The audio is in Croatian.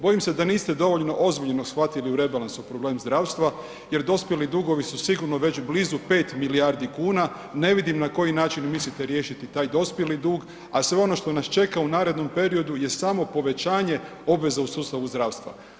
Bojim se da niste dovoljno ozbiljno shvatili u rebalansu problem zdravstva jer dospjeli dugovi su sigurno već blizu 5 milijardi kuna, ne vidim na koji način mislite riješiti taj dospjeli dug a sve ono što nas čeka u narednom periodu je samo povećanje obveza u sustavu zdravstva.